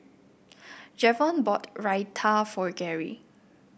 Javon bought Raita for Gary